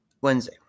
Wednesday